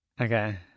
Okay